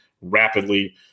rapidly